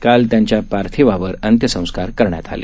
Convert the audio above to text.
कालत्यांच्यापार्थिवावरअंत्यसंस्कारकरण्यातआले